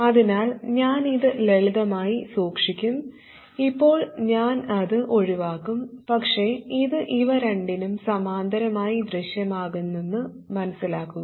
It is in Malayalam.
അതിനാൽ ഞാൻ ഇത് ലളിതമായി സൂക്ഷിക്കും ഇപ്പോൾ ഞാൻ അത് ഒഴിവാക്കും പക്ഷേ ഇത് ഇവ രണ്ടിനും സമാന്തരമായി ദൃശ്യമാകുമെന്ന് മനസിലാക്കുക